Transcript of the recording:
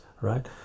right